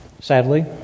sadly